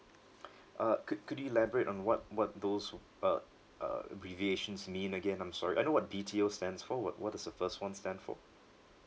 uh could could you elaborate on what what those w~ uh uh abbreviations mean again I'm sorry I know what B_T_O stands for what what does the first one stand for